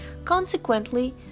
Consequently